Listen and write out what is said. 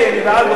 אני בעד בכל לבי.